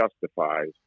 justifies